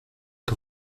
que